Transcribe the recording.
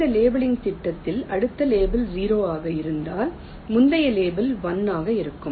இந்த லேபிளிங் திட்டத்தில் அடுத்த லேபிள் 0 ஆக இருந்தால் முந்தைய லேபிள் 1 ஆக இருக்கும்